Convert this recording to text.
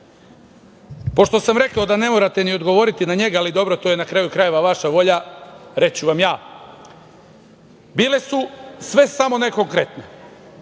sam rekao da ne morate ni odgovoriti na njega, ali to je na kraju krajeva vaša volja, reći ću vam ja – bile su sve samo ne konkretne.